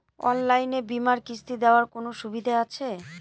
অনলাইনে বীমার কিস্তি দেওয়ার কোন সুবিধে আছে?